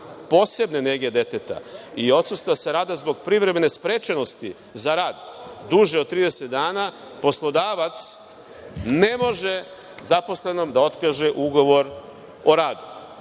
posebne nege deteta i odsustva sa rada zbog privremene sprečenosti za rad duže od 30 dana, poslodavac ne može zaposlenom da otkaže ugovor o radu. Povod